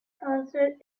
concert